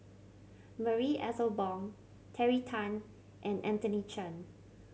Marie Ethel Bong Terry Tan and Anthony Chen